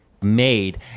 made